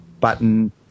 button